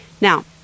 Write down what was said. Now